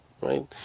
right